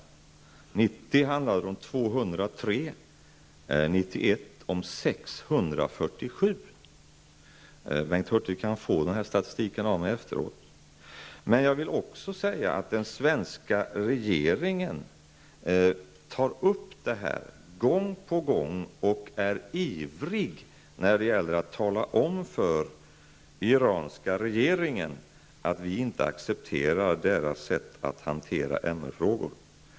1990 handlade det om 203 avrättningar, 1991 om 647. Bengt Hurtig kan få denna statistik av mig efteråt. Men jag vill också säga att den svenska regeringen tar upp detta gång på gång och är ivrig när det gäller att tala om för den iranska regeringen att vi inte accepterar deras sätt att hantera MR-frågor.